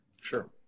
Sure